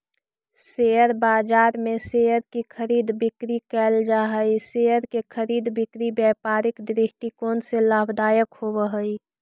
share बाजार में share की खरीद बिक्री कैल जा हइ शेयर के खरीद बिक्री व्यापारिक दृष्टिकोण से लाभदायक होवऽ हइ